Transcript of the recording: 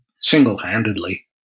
single-handedly